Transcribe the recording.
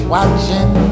Watching